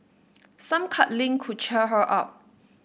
some cuddling could cheer her up